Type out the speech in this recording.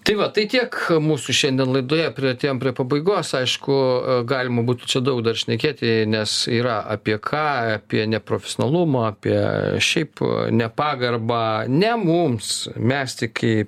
tai va tai tiek mūsų šiandien laidoje priartėjom prie pabaigos aišku galima būtų čia daug dar šnekėti nes yra apie ką apie neprofesionalumą apie šiaip nepagarbą ne mums mesti kaip